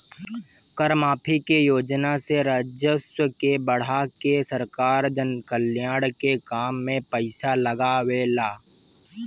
कर माफी के योजना से राजस्व के बढ़ा के सरकार जनकल्याण के काम में पईसा लागावेला